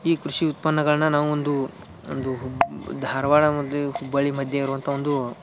ಈ ಕೃಷಿ ಉತ್ಪನ್ನಗಳನ್ನ ನಾವೊಂದು ಒಂದು ಧಾರವಾಡ ಮತ್ತು ಹುಬ್ಬಳ್ಳಿ ಮಧ್ಯೆ ಇರುವಂಥ ಒಂದು